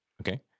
Okay